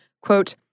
Quote